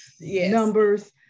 numbers